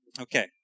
Okay